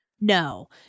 No